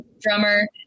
drummer